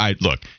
look –